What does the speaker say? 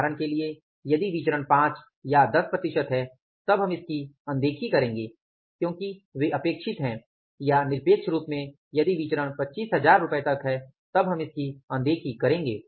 उदाहरण के लिए यदि विचरण 5 या 10 प्रतिशत हैं तब हम इसकी अनदेखी करेंगे क्योंकि वे अपेक्षित हैं या निरपेक्ष रूप में यदि विचरण 25000 रूपए तक हैं तब हम इसकी अनदेखी करेंगे